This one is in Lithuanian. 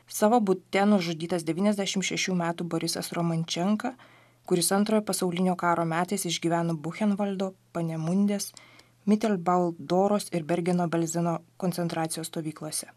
savo bute nužudytas devyniasdešim šešių metų borisas romančenka kuris antrojo pasaulinio karo metais išgyveno buchenvaldo panemundės mitel bal doros ir bergeno belzino koncentracijos stovyklose